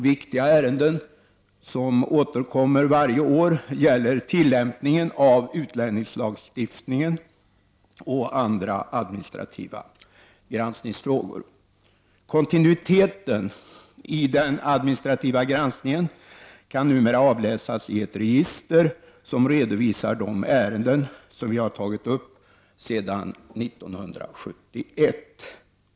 Viktiga ärenden, som återkommer varje år, gäller tillämpningen av utlänningslagstiftningen och andra administrativa granskningsfrågor. Kontinuiteten i den administrativa granskningen kan numera avläsas i ett register, som redovisar de ärenden som vi har behandlat sedan 1971.